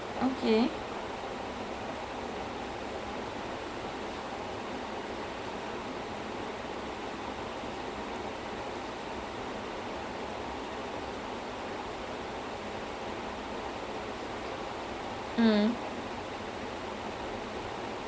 ya so that was the second course okay அதுக்கு அப்புறம் மூணாவது:athukku appuram moonaavathu course வந்துச்சு மூணாவது வந்து:vanthuchu moonaavathu vanthu uh what do they have ah sambar sambar sambaar they had அதுக்கு அப்புறம்:athukku appuram side leh they had fish fry then they had some chicken dish so அந்த மாதிரி ஒவ்வொரு:antha maathiri ovvoru course and kept coming